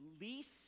least